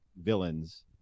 villains